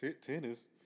Tennis